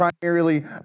primarily